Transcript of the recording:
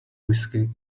whiskey